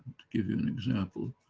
give you an example,